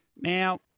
Now